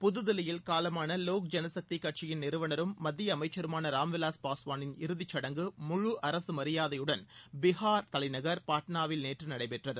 புதுதில்லியில் காலமான லோக் ஜனசக்தி கட்சியின் நிறுவனரும் மத்திய அமைச்சருமான ராம்விலாஸ் பஸ்வானின் இறுதிச்சடங்கு முழு அரசு மரியாதையுடன் பீஹார் தலைநகர் பாட்னாவில் நேற்று நடைபெற்றது